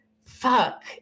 fuck